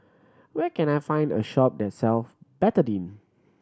where can I find a shop that self Betadine